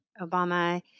Obama